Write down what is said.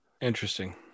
Interesting